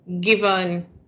given